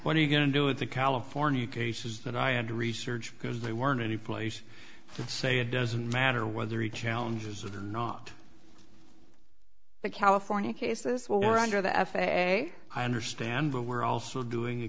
what are you going to do with the california cases that i had to research because they weren't any place to say it doesn't matter whether he challenges are not the california cases were under the f a a i understand but we're also doing